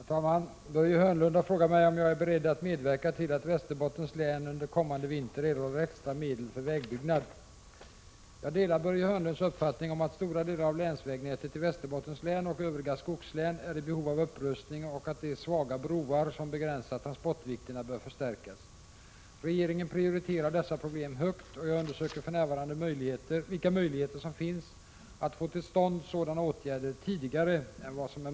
Herr talman! Börje Hörnlund har frågat mig om jag är beredd att medverka till att Västerbottens län under kommande vinter erhåller extra medel för vägbyggnad. Jag delar Börje Hörnlunds uppfattning om att stora delar av länsvägnätet i Västerbottens län och övriga skogslän är i behov av upprustning och att de svaga broar som begränsar transportvikterna bör förstärkas. Regeringen prioriterar dessa problem högt, och jag undersöker därför för närvarande vilka möjligheter som finns att få till stånd sådana åtgärder tidigare än vad Prot.